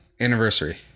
anniversary